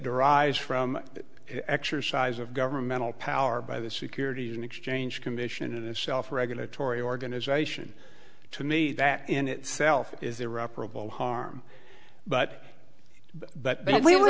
derives from the exercise of governmental power by the securities and exchange commission and the self regulatory organisation to me that in itself is irreparable harm but but then we